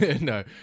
No